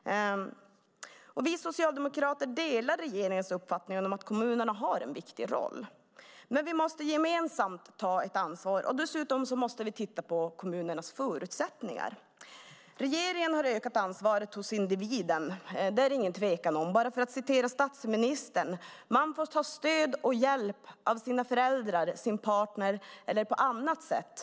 Vi socialdemokrater delar regeringens uppfattning att kommunerna har en viktig roll. Men vi måste gemensamt ta ett ansvar. Dessutom måste vi titta på kommunernas förutsättningar. Regeringen har ökat individens ansvar - det är ingen tvekan om det. Bara för att citera statsministern: Man får ta stöd och hjälp av sina föräldrar, sin partner eller på annat sätt.